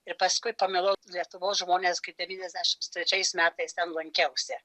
ir paskui pamilau lietuvos žmonės kai devyniasdešimt trečiais metais ten lankiausi